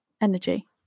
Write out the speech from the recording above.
energy